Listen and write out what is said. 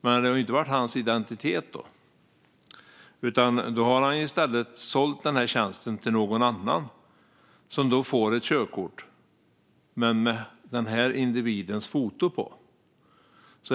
Det har dock inte varit i hans egen identitet, utan han har i stället sålt tjänsten till någon annan som fått ett körkort med den här individens foto på.